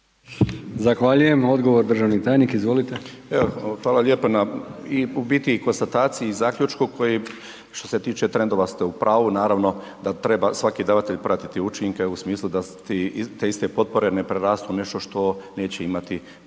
hvala lijepa na …/Govornik se ne razumije/…i konstataciji i zaključku koji što se tiče trendova ste u pravu, naravno da treba svaki davatelj pratiti učinke u smislu da te iste potpore ne prerastu u nešto što neće imati učinak